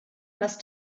must